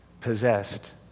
possessed